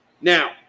Now